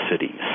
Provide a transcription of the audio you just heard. cities